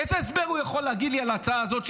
איזה הסבר הוא יכול להגיד לי על ההצעה הזאת,